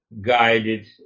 guided